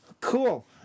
cool